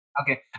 Okay